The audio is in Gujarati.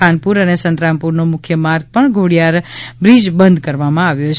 ખાનપુર અને સંતરામપુરનો મુખ્ય માર્ગ પણ ઘોડિયાર બ્રીજ બંધ કરવામાં આવ્યો છે